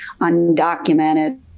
undocumented